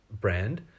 brand